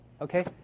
okay